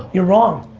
you're wrong.